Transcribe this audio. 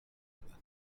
بودن